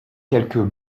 quelques